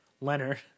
Leonard